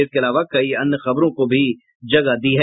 इसके अलावा कई अन्य खबरों को भी जगह दी है